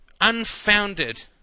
unfounded